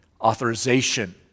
authorization